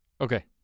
Okay